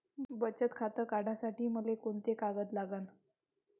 बचत खातं काढासाठी मले कोंते कागद लागन?